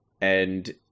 and-